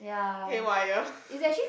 hair wyre